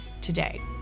today